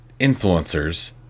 influencers